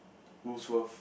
Woolworths